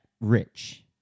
rich